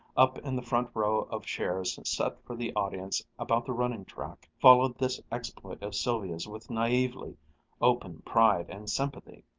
up in the front row of chairs set for the audience about the running track, followed this exploit of sylvia's with naively open pride and sympathy,